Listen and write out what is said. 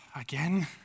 again